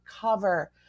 cover